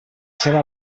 seva